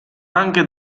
anche